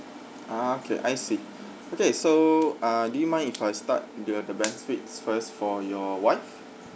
ah okay I see okay so ah do you mind if I start the the benefits first for your wife